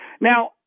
Now